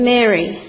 Mary